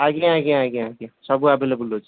ଆଜ୍ଞା ଆଜ୍ଞା ଆଜ୍ଞା ଆଜ୍ଞା ସବୁ ଆଭଲେବଲ୍ ଅଛି